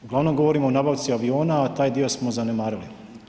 Uglavnom govorimo o nabavci aviona, a taj dio smo zanemarili.